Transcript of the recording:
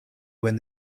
when